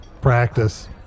Practice